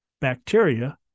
bacteria